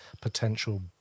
potential